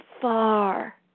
far